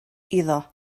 iddo